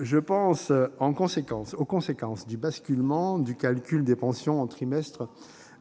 Je pense aux conséquences du basculement du calcul des pensions en fonction des trimestres